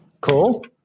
Cool